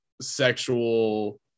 sexual